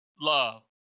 love